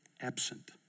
absent